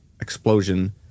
explosion